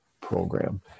program